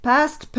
Past